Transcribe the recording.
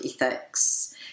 ethics